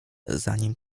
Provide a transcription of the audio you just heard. zanim